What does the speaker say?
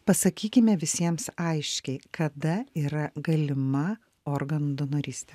pasakykime visiems aiškiai kada yra galima organų donorystė